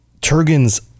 Turgan's